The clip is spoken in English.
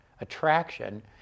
attraction